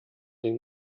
den